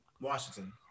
Washington